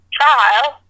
child